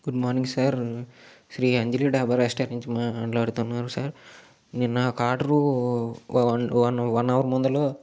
good morning sir Sri Anjali Dhaba restaurant నుంచి మాట్లాడుతున్నాము sir నిన్న ఒక order one one one hour ముందర